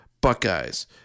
Buckeyes